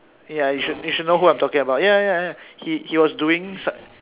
ya you should you should know who I'm talking about ya ya ya he he was doing